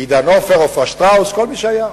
עידן עופר, עפרה שטראוס, כל מי שהיה,